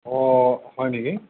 অঁ হয় নেকি